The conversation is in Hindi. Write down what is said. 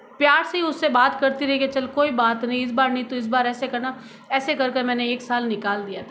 प्यार से ही उससे बात करती रह गई चल कोई बात नहीं इस बार नही तो इस बार ऐसे करना ऐसे कर कर मैंने एक साल निकाल दिया